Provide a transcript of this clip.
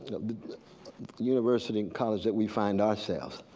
of the university and college that we find ourselves,